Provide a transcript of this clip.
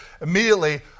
immediately